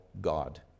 God